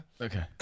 Okay